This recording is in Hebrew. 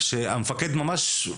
שהמפקד ממש,